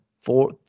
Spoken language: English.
Four